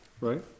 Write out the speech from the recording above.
Right